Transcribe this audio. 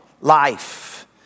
life